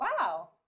Wow